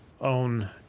own